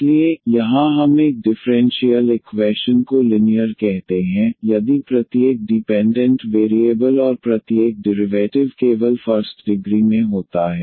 इसलिए यहां हम एक डिफ़्रेंशियल इक्वैशन को लिनियर कहते हैं यदि प्रत्येक डीपेंडेंट वेरिएबल और प्रत्येक डिरिवैटिव केवल फर्स्ट डिग्री में होता है